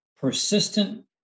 persistent